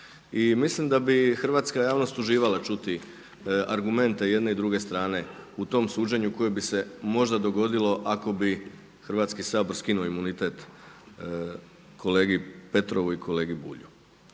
mislim da bi hrvatska javnost uživala čuti argumente jedne i druge strane u tom suđenju koje bi se možda dogodilo ako bi Hrvatski sabor skinuo imunitet kolegi Petrovu i kolegi Bulju.